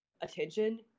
attention